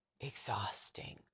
exhausting